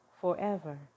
forever